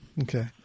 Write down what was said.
Okay